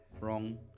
Wrong